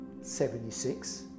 76